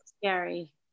scary